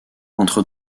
entre